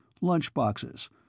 lunch-boxes